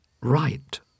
right